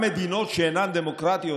גם מדינות שאינן דמוקרטיות,